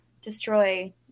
destroy